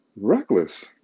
reckless